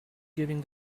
giving